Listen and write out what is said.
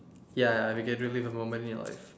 ya if you can relive a moment in your life